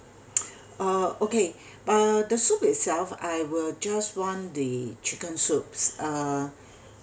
uh okay uh the soup itself I will just want the chicken soups uh